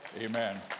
Amen